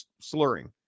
slurring